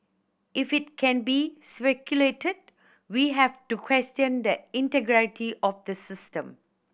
if it can be speculated we have to question the integrity of the system